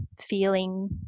feeling